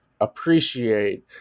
appreciate